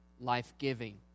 life-giving